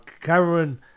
Cameron